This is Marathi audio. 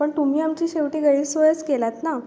पण तुम्ही आमची शेवटी गैरसोयच केला आहात ना